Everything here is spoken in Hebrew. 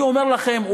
אני אומר לכם,